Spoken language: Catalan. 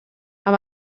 amb